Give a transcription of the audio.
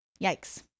Yikes